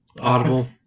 Audible